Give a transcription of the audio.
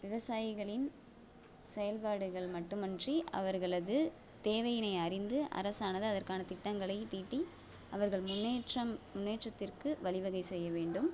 விவசாயிகளின் செயல்பாடுகள் மட்டுமன்றி அவர்களது தேவையினை அறிந்து அரசானது அதற்கான திட்டங்களை தீட்டி அவர்கள் முன்னேற்றம் முன்னேற்றத்திற்கு வழிவகை செய்ய வேண்டும்